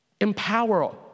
empower